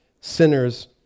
sinners